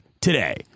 today